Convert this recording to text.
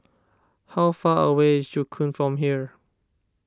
how far away is Joo Koon from here